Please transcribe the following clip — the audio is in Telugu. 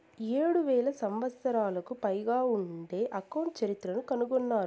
ఏడు వేల సంవత్సరాలకు పైగా ఉండే అకౌంట్ చరిత్రను కనుగొన్నారు